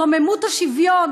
רוממות השוויון,